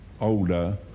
older